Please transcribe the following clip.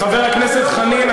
חבר הכנסת חנין,